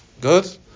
Good